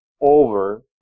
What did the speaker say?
over